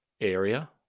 area